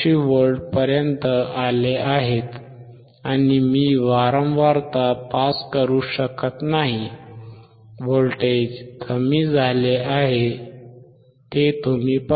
84V पर्यंत आले आहेत आणि मी वारंवारता पास करू शकत नाही व्होल्टेज कमी झाले आहे ते तुम्ही पहा